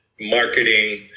marketing